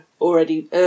already